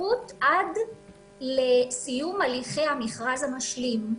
התקשרות עד לסיום הליכי המכרז המשלים.